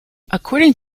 according